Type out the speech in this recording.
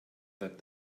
that